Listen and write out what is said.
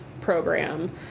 program